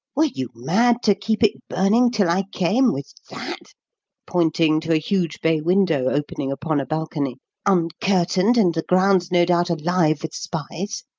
were you mad to keep it burning till i came, with that pointing to a huge bay window opening upon a balcony uncurtained and the grounds, no doubt, alive with spies?